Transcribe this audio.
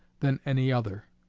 than any other.